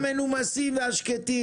הם יקבלו.